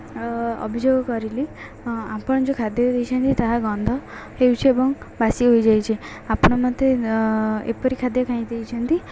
ଅଭିଯୋଗ କରିଲି ଆପଣ ଯେଉଁ ଖାଦ୍ୟ ଦେଇଛନ୍ତି ତାହା ଗନ୍ଧ ହେଉଛି ଏବଂ ବାସି ହୋଇଯାଇଛି ଆପଣ ମୋତେ ଏପରି ଖାଦ୍ୟ କାଇଁ ଦେଇଛନ୍ତି